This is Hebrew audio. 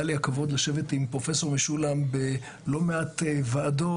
היה לי הכבוד לשבת עם פרופ' משולם בלא מעט ועדות,